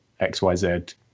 XYZ